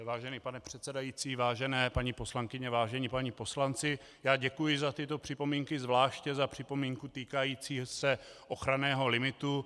Vážený pane předsedající, vážené paní poslankyně, vážení páni poslanci, děkuji za tyto připomínky, zvláště za připomínku týkající se ochranného limitu.